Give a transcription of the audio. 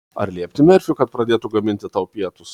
ar liepti merfiui kad pradėtų gaminti tau pietus